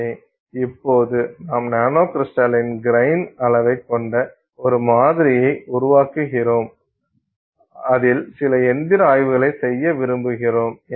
எனவே இப்போது நாம் நானோகிரிஸ்டலின் கிரைன் அளவைக் கொண்ட ஒரு மாதிரியை உருவாக்கியுள்ளோம் அதில் சில இயந்திர ஆய்வுகளை செய்ய விரும்புகிறோம்